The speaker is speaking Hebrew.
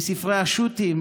בספרי השו"תים,